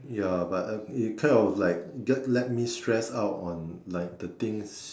ya but uh it kind of like get let me stress out on like the things